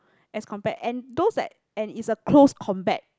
as compared and those that and it's a close combat